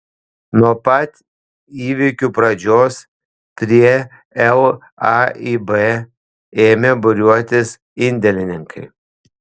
nuo pat įvykių pradžios prie laib ėmė būriuotis indėlininkai